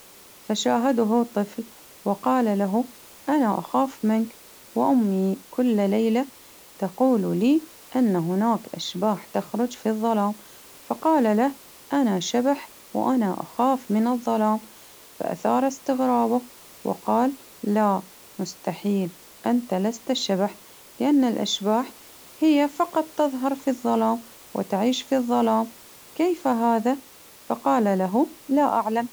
فشاهده طفل وقال له أنا أخاف منك وأمي كل ليلة تقول لي أن هناك أشباح تخرج في الظلام، فقال له أنا شبح وأنا أخاف من الظلام، فأثار إستغرابه، وقال لا مستحيل أنت لست الشبح، لان الأشباح هي فقط تظهر في الظلام، وتعيش في الظلام، كيف هذا؟ فقال له لا أعلم.